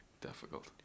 difficult